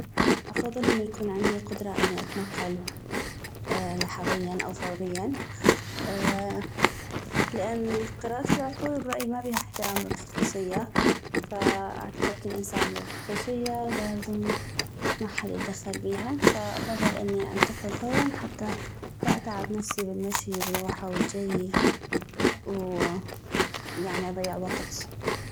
افضل انو يكون عندي قدرة اني اتنقل لحظيا او فوريا لان قراءة العقول برايي ما بيها احترام للخصوصية فاعتقد كل انسان لوا خصوصية ولازم محد يدخل بيها فافضل اني انتقل فورا حتى لا اتعب نفسي بالمشي بالغوحة والجيي ويعني اضيع وقت